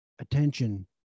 attention